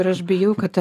ir aš bijau kad